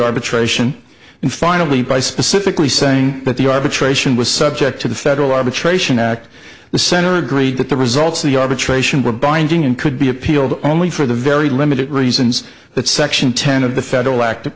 arbitration and finally by specifically saying that the arbitration was subject to the federal arbitration act the center agreed that the results of the arbitration were binding and could be appealed only for the very limited reasons that section ten of the federal act